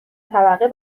طبقه